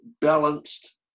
balanced